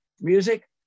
music